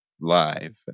live